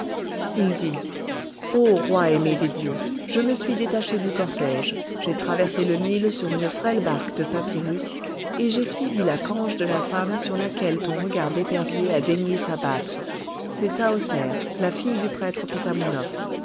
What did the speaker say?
il dit ô roi aimé des dieux je me suis détaché du cortège j'ai traversé le nil sur une frêle barque de papyrus et j'ai suivi la cange de la femme sur laquelle ton regard d'épervier a daigné s'abattre c'est tahoser la fille du prêtre